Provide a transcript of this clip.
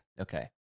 Okay